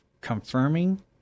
confirming